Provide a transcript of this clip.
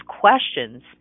questions